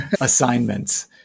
assignments